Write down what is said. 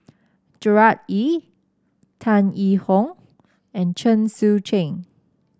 Gerard Ee Tan Yee Hong and Chen Sucheng